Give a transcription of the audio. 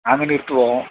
அங்கே நிறுத்துவோம்